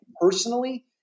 personally